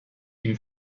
ihm